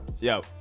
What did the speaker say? Yo